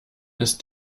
ist